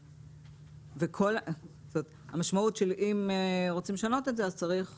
אם רוצים לשנות את זה, צריך